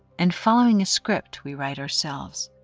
and following a script we write ourselves.